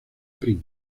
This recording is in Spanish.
prim